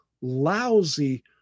lousy